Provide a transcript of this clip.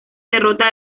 derrota